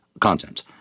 content